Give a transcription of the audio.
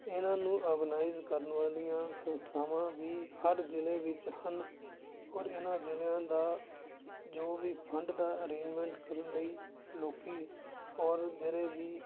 ਇਹਨਾਂ ਨੂੰ ਔਰਗਨਾਇਜ ਕਰਨ ਵਾਲੀਆਂ ਸੰਸਥਾਵਾਂ ਵੀ ਹਰ ਜ਼ਿਲ੍ਹੇ ਵਿੱਚ ਹਨ ਔਰ ਇਹਨਾਂ ਜ਼ਿਲ੍ਹਿਆਂ ਦਾ ਜੋ ਵੀ ਫੰਡ ਦਾ ਅਰੇਂਜਮੈਂਟ ਕਰਨ ਲਈ ਲੋਕੀਂ ਔਰ ਜਿਹੜੇ ਵੀ